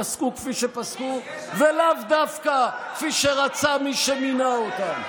פסקו כפי שפסקו ולאו דווקא כפי שרצה מי שמינה אותם.